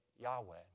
Yahweh